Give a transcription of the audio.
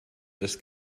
das